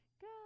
go